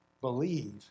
believe